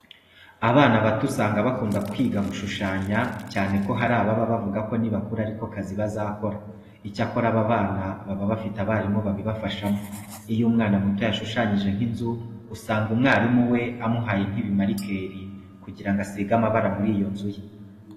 Abana bato usanga bakunda kwiga gushushanya cyane ko hari ababa bavuga ko nibakura ari ko kazi bazakora. Icyakora, aba bana baba bafite abarimu babibafashamo. Iyo umwana muto yashushanyije nk'inzu usanga umwarimu we amuhaye ibimarikeri kugira ngo asige amabara muri iyo nzu ye.